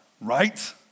right